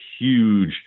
huge